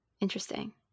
Interesting